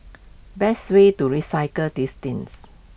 best way to recycle these tins